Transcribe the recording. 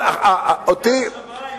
אבל אותי, ברכת שמים.